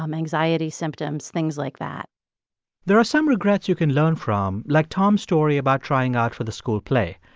um anxiety symptoms, things like that there are some regrets you can learn from, like tom's story about trying out for the school play.